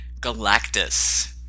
Galactus